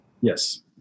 Yes